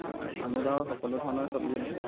অঁ আমি বাৰু সকলো ধৰণৰে চবজি লওঁ